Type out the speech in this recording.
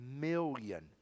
million